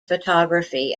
photography